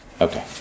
Okay